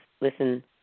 Listen